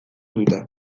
dute